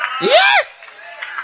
Yes